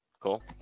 Cool